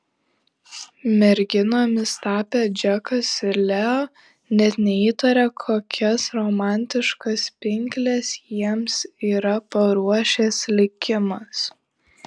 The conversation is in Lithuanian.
merginomis tapę džekas ir leo net neįtaria kokias romantiškas pinkles jiems yra paruošęs likimas